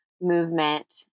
movement